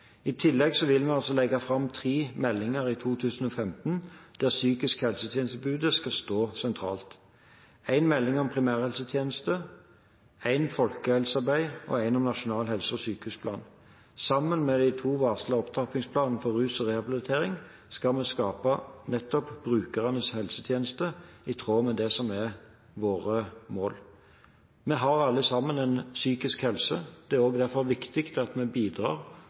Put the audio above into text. I tillegg vil vi legge fram tre meldinger i 2015, der det psykiske helsetjenestetilbudet skal stå sentralt: én melding om primærhelsetjenesten, én om folkehelsearbeidet og én nasjonal helse- og sykehusplan. Sammen med de to varslede opptrappingsplanene for rus og rehabilitering, skal vi skape nettopp brukernes helsetjeneste – i tråd med det som er våre mål. Vi har alle sammen en psykisk helse. Derfor er det også viktig at vi bidrar